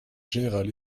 général